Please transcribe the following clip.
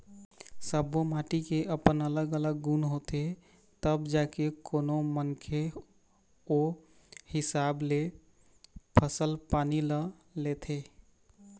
सब्बो माटी के अपन अलग अलग गुन होथे तब जाके कोनो मनखे ओ हिसाब ले फसल पानी ल लेथे